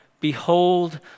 Behold